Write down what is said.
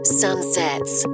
sunsets